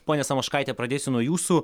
ponia samoškaite pradėsiu nuo jūsų